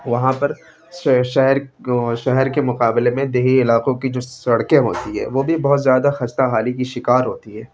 وہاں پر شہر شہر کے مقابلے میں دیہی علاقوں کی جو سڑکیں ہوتی ہیں وہ بھی بہت زیادہ خستہ حالی کی شکار ہوتی ہے